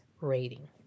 rating